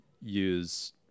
use